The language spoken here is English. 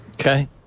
Okay